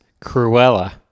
Cruella